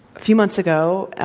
few months ago,